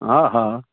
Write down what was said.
हा हा